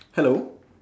hello